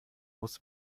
muss